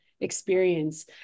experience